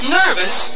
nervous